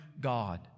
God